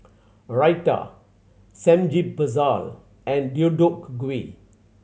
Raita Samgyeopsal and Deodeok Gui